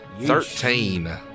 Thirteen